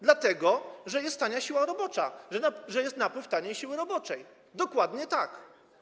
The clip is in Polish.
Dlatego że jest tania siła robocza, że jest napływ taniej siły roboczej, dokładnie tak.